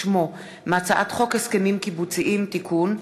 שמו מהצעת חוק הסכמים קיבוציים (תיקון,